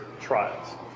trials